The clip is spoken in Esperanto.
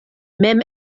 mem